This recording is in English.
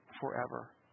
forever